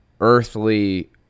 earthly